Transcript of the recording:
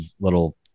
little